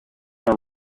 been